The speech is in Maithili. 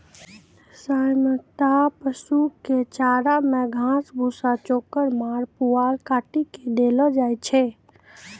सामान्यतया पशु कॅ चारा मॅ घास, भूसा, चोकर, माड़, पुआल काटी कॅ देलो जाय छै